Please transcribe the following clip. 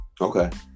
Okay